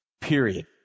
period